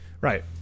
Right